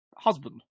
husband